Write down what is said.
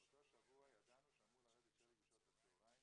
באותו שבוע ידענו שאמור לרדת שלג בשעות הצהריים,